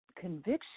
conviction